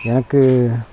எனக்கு